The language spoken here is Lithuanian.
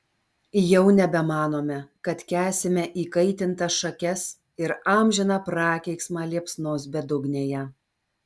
jau nebemanome kad kęsime įkaitintas šakes ir amžiną prakeiksmą liepsnos bedugnėje